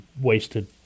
wasted